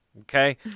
Okay